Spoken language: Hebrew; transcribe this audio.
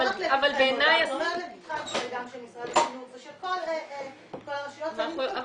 אבל בעיניי --- זה לפתחם של כל הרשויות --- אבל